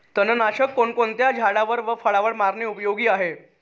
तणनाशक कोणकोणत्या झाडावर व फळावर मारणे उपयोगी आहे?